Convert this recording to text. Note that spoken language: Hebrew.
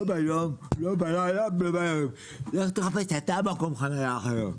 לא ביום, לא בלילה, לך תחפש אתה מקום חניה אחר.